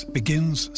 begins